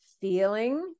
feeling